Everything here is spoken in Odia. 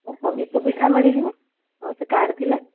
ହଁ ସବୁ ସୁବିଧା ମିଳିଯିବ ହଁ ସେ କାର୍ଡ଼ ଥିଲେ